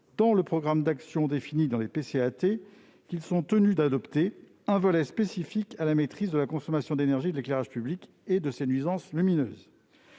dans le programme d'actions défini dans le PCAET qu'ils sont tenus d'adopter, un volet spécifique à la maîtrise de la consommation d'énergie de l'éclairage public et de ses nuisances lumineuses.